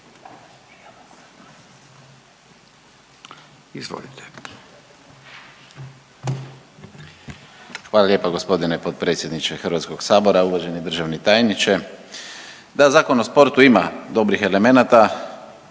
(IDS)** Hvala lijepo g. potpredsjedniče HS-a. Uvaženi državni tajniče. Da, Zakon o sportu ima dobrih elemenata